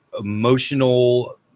emotional